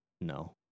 No